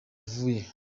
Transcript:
uvuye